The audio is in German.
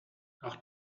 ach